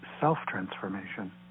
self-transformation